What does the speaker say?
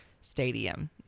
stadium